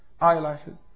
eyelashes